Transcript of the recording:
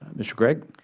mr. gregg?